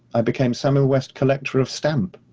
i became samuel west, collector of stamp.